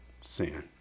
sin